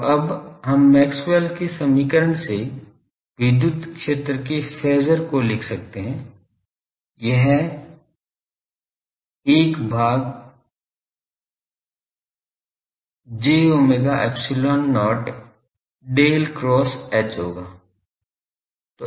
तो अब हम मैक्सवेल के समीकरण से विद्युत क्षेत्र के फेज़र को लिख सकते हैं यह 1 भाग j omega epsilon not Del cross H होगा